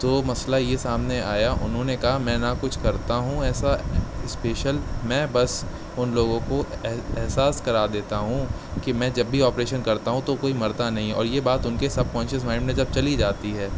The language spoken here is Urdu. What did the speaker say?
تو مسئلہ یہ سامنے آیا انہوں نے کہا میں نہ کچھ کرتا ہوں ایسا اسپیشل میں بس ان لوگوں کو احساس کرا دیتا ہوں کہ میں جب بھی آپریشن کرتا ہوں تو کوئی مرتا نہیں ہے اور یہ بات ان کے سب کانشیس مائنڈ میں جب چلی جاتی ہے